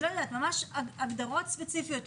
ממש הגדרות ספציפיות.